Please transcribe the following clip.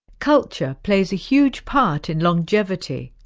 culture plays a huge part in longevity.